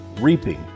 reaping